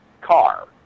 car